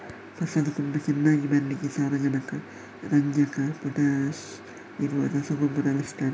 ಫಸಲು ತುಂಬಾ ಚೆನ್ನಾಗಿ ಬರ್ಲಿಕ್ಕೆ ಸಾರಜನಕ, ರಂಜಕ, ಪೊಟಾಷ್ ಇರುವ ರಸಗೊಬ್ಬರ ಬಳಸ್ತಾರೆ